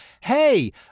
hey